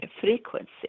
frequency